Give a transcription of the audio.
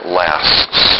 lasts